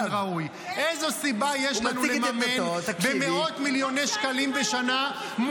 איזו סיבה יש לציבור לממן חדשות ואקטואליה במאות מיליוני שקלים בשנה,